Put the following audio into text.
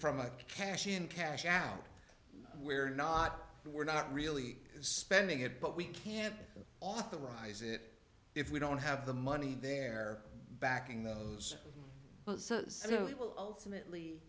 from a cash in cash out where not we're not really spending it but we can't authorize it if we don't have the money there backing those we will ultimately